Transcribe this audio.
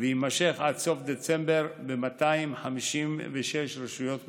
ויימשך עד סוף דצמבר ב-256 רשויות מקומיות.